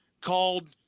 called